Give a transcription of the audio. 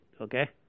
okay